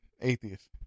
atheist